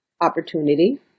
opportunity